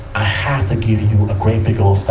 i have to give you a great, big, old-style,